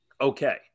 okay